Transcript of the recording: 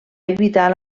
evitar